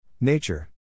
Nature